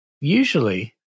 usually